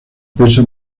pesa